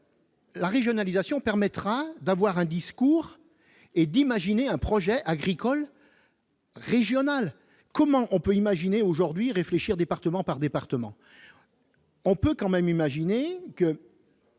La régionalisation permettra d'avoir un discours et d'imaginer un projet agricole. Régionales : comment on peut imaginer aujourd'hui réfléchir, département par département,